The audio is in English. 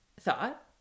thought